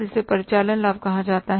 इसे परिचालन लाभ कहा जाता है